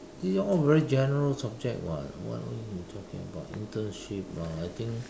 these are all very general subject [what] what are you been talking about internship lah I think